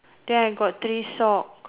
then I got three sock